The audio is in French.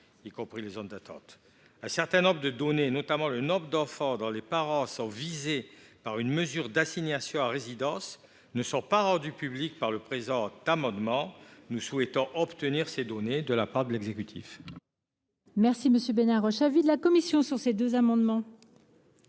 y compris les zones d’attente. Un certain nombre de données, notamment le nombre d’enfants dont les parents sont visés par une mesure d’assignation à résidence, ne sont pas rendues publiques. Par le présent amendement, nous souhaitons obtenir de telles données de la part de l’exécutif. Quel est l’avis de la commission ? Comme l’a indiqué M.